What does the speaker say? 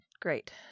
great